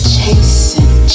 chasing